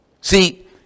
See